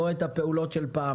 לא הפעולות של פעם,